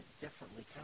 differently